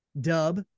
dub